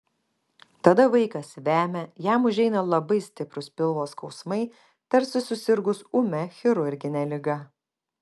tada vaikas vemia jam užeina labai stiprūs pilvo skausmai tarsi susirgus ūmia chirurgine liga